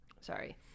Sorry